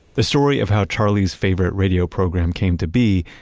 the story of how charlie's favorite radio program came to be,